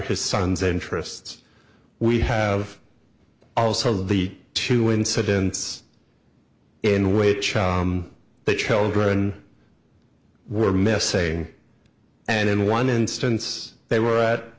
his son's interests we have also the two incidents in which the children were missing and in one instance they were